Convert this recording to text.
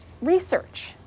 research